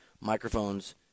microphones